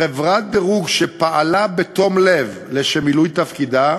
חברת דירוג שפעלה בתום לב לשם מילוי תפקידה,